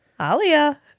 Alia